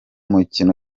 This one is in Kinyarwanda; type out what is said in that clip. mukino